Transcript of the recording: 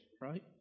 right